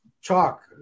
chalk